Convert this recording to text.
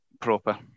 proper